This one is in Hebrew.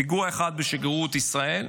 פיגוע אחד היה בשגרירות ישראל,